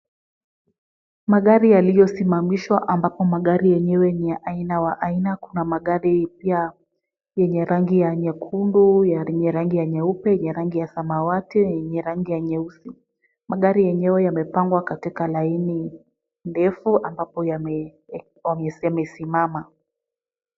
Magari yaliyosimamishwa ambapo magari yenyewe ni ya aina wa aina. Kuna magari yenye rangi ya nyekundu, yenye rangi ya nyeupe, yenye rangi ya samawati, yenye rangi ya nyeusi. Magari yenyewe yamepangwa katika laini ndefu ambapo wamesema isimame.